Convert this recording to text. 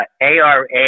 ARA